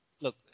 look